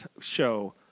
show